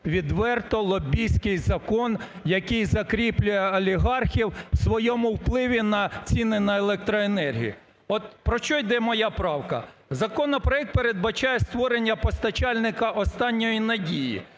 відверто лобістський закон, який закріплює олігархів у своєму впливі на ціни на електроенергію. От про що йде моя правка. Законопроект передбачає створення постачальника "останньої надії",